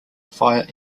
via